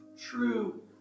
true